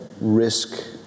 risk